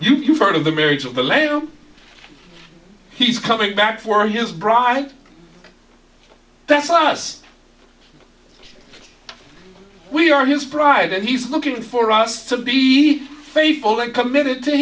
lords you've heard of the marriage of the lamb he's coming back for his bride that's us we are his pride and he's looking for us to be faithful and committed to